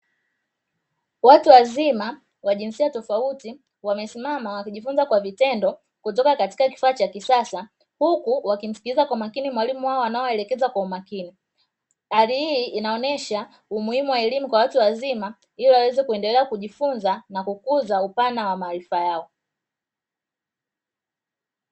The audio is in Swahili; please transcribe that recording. Watu wazima wa jinsia tofauti wamesima wakijifunza kwa vitendo kutoka katika kifaa cha kisasa huku wakimsikiliza kwa makini mwalimu wao anaowaelekeza kwa umakini, hali hii inaonyesha umuhimu wa elimu kwa watu wazima ili waweze kuendelea kujifunza na kukuza upana wa maarifa yao.